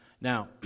Now